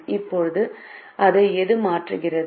இப்போது அதை எது மாற்றுகிறது